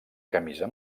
camisa